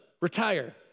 retire